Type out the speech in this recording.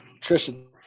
Tristan